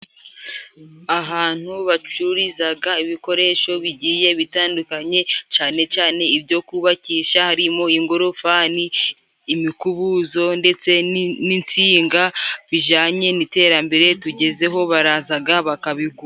Ahantu bacururizaga ibikoresho bigiye bitandukanye, cane cane ibyo kubabakisha harimo ingofani, imikubuzo, ndetse ni n'insinga bijyanye n'iterambere tugezeho barazaga bakabigura.